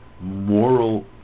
moral